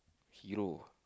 hero